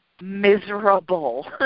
Miserable